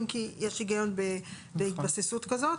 אם כי יש היגיון בהתבססות כזאת.